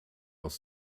aus